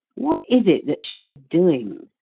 what is it that she is doing?